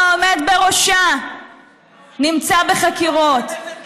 ממשלה שהעומד בראשה נמצא בחקירות,